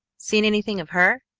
seen anything of her?